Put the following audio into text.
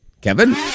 Kevin